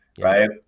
Right